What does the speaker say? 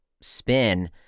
spin